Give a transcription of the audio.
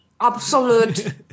absolute